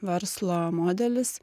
verslo modelis